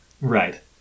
Right